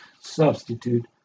substitute